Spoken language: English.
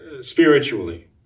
spiritually